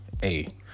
hey